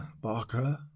Barker